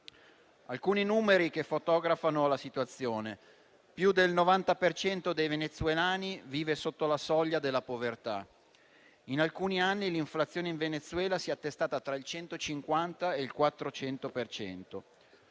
alcuni numeri che fotografano la situazione: più del 90 per cento dei venezuelani vive sotto la soglia della povertà; in alcuni anni l'inflazione in Venezuela si è attestata tra il 150 e il 400